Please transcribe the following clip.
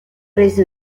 reso